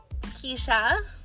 Keisha